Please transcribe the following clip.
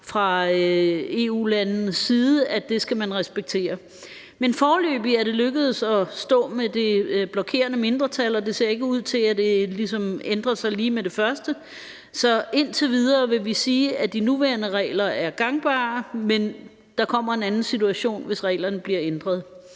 fra EU-landenes side, at det skal man respektere. Men foreløbig er det lykkedes at stå med det blokerende mindretal, og det ser ikke ud til, at det ligesom ændrer sig lige med det første. Så indtil videre vil vi sige, at de nuværende regler er gangbare, men der kommer en anden situation, hvis reglerne bliver ændret.